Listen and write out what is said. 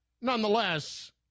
nonetheless